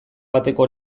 bateko